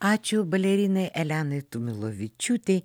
ačiū balerinai elenai tumilovičiutei